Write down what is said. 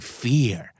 fear